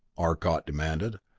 arcot demanded.